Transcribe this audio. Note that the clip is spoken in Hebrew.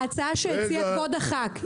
ההצעה שהציעה כבוד החוק,